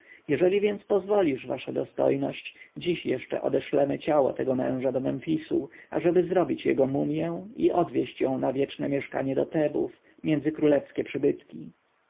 jeżeli więc pozwolisz wasza dostojność dziś jeszcze odeszlemy ciało tego męża do memfisu ażeby zrobić jego mumję i odwieźć ją na wieczne mieszkanie do tebów między królewskie przybytki